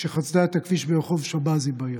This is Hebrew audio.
כשחצתה את הכביש ברחוב שבזי בעיר.